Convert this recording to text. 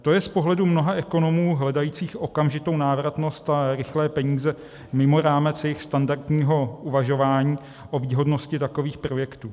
To je z pohledu mnoha ekonomů hledajících okamžitou návratnost a rychlé peníze mimo rámec jejich standardního uvažování o výhodnosti takových projektů.